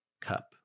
cup